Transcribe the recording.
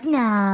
no